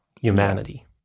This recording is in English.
humanity